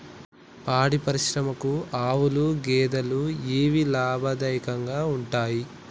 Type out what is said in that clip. పాడి పరిశ్రమకు ఆవుల, గేదెల ఏవి లాభదాయకంగా ఉంటయ్?